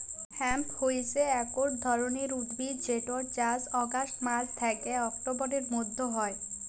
hemp হইসে একট ধরণের উদ্ভিদ যেটর চাস অগাস্ট মাস থ্যাকে অক্টোবরের মধ্য হয়